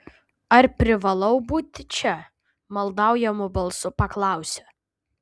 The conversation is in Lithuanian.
ar privalau būti čia maldaujamu balsu paklausė